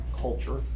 culture